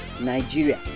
Nigeria